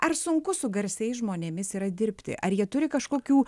ar sunku su garsiais žmonėmis yra dirbti ar jie turi kažkokių